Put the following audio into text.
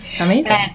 amazing